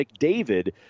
McDavid